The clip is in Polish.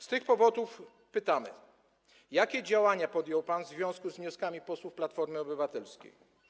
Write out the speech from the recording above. Z tych powodów pytamy: Jakie działania podjął pan w związku z wnioskami posłów Platformy Obywatelskiej?